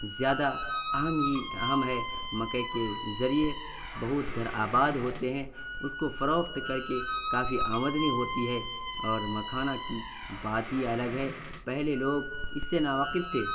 زیادہ اہم ہی اہم ہے مکئی کے ذریعے بہت گھر آباد ہوتے ہیں اس کو فروخت کر کے کافی آمدنی ہوتی ہے اور مکھانا کی بات ہی الگ ہے پہلے لوگ اس سے ناواقف تھے